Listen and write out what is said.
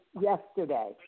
yesterday